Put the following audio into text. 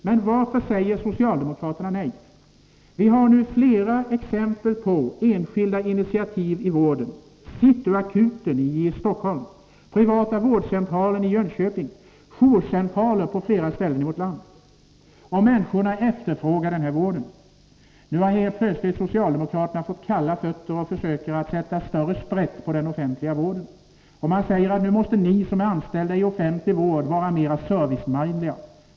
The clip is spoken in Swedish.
Men varför säger socialdemokraterna nej? Vi har nu flera exempel på enskilda initiativ i vården: City Akuten i Stockholm, Privata vårdcentralen i Jönköping och jourcentraler på flera ställen i vårt land. Människorna efterfrågar också denna vård. Nu har plötsligt socialdemokraterna fått kalla fötter och försöker att sätta sprätt på den offentliga vården. De säger: Nu måste ni som är anställda inom offentlig vård bli mera service-minded!